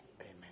Amen